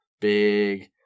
Big